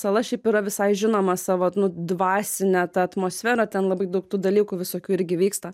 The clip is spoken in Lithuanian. sala šiaip yra visai žinoma savo dvasine ta atmosfera ten labai daug tų dalykų visokių irgi vyksta